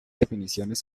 definiciones